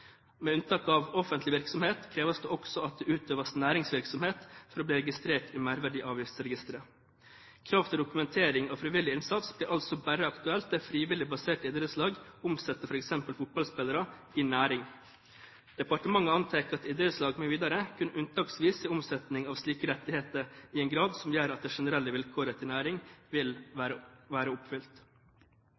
Med unntak av offentlig virksomhet kreves det også at det utøves næringsvirksomhet for å bli registrert i Merverdiavgiftsregisteret. Krav til dokumentering av frivillig innsats blir altså bare aktuelt der frivillig baserte idrettslag omsetter f.eks. fotballspillere i næring. Departementet «antar at idrettslag kun unntaksvis har omsetning av slike rettigheter i en grad som gjør at det generelle vilkåret til næring vil være oppfylt».